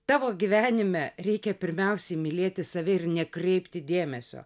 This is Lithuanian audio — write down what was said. tavo gyvenime reikia pirmiausia mylėti save ir nekreipti dėmesio